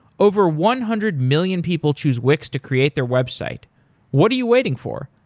over one-hundred-million people choose wix to create their website what are you waiting for?